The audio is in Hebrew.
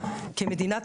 מילוי ייעודה